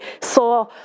saw